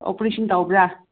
operation ꯇꯧꯕ꯭ꯔꯥ